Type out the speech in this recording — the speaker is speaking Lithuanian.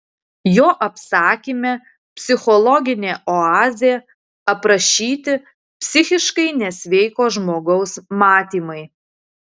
jo apsakyme psichologinė oazė aprašyti psichiškai nesveiko žmogaus matymai